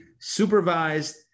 supervised